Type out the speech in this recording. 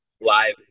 live